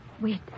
Wait